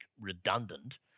redundant